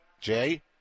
Jay